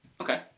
Okay